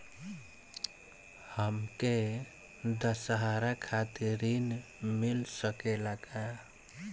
हमके दशहारा खातिर ऋण मिल सकेला का?